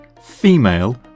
female